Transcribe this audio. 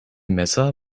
messer